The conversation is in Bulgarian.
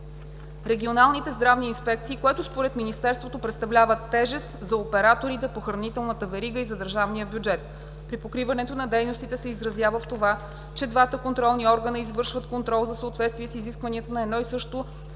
регионалните здравни инспекции, което според Министерството представлява тежест за операторите по хранителната верига и за държавния бюджет. Припокриването на дейностите се изразява в това, че двата контролни органа извършват контрол за съответствие с изискванията на едно и също основно